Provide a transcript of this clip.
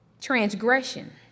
Transgression